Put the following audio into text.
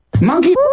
monkey